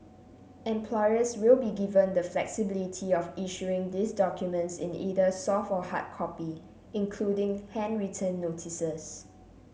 employers will be given the flexibility of issuing these documents in either soft or hard copy including handwritten notices